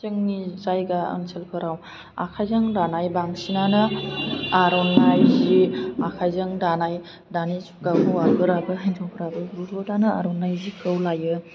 जोंनि जायगा ओनसोलफोराव आखायजों दानाय बांसिनानो आर'नाइ जि आखाइजों दानाय दानि जुगाव हौवाफोराबो हिन्जावफ्राबो बुहुदानो आर'नाइ जिखौ लायो